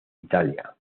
italia